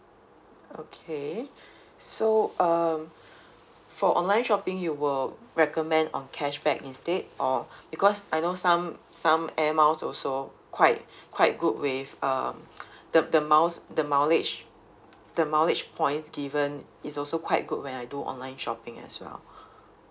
okay so um for online shopping you will recommend on cashback instead or because I know some some Air Miles also quite quite good with um the the miles the mileage the mileage points given is also quite good when I do online shopping as well